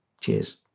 Cheers